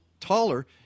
taller